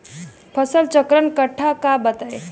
फसल चक्रण कट्ठा बा बताई?